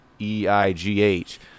E-I-G-H